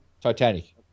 Titanic